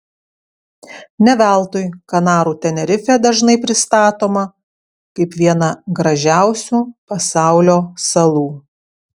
ne veltui kanarų tenerifė dažnai pristatoma kaip viena gražiausių pasaulio salų